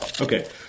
Okay